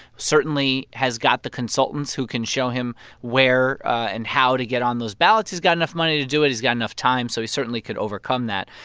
certainly has got the consultants who can show him where and how to get on those ballots. he's got enough money to do it. he's got enough time. so he certainly could overcome that.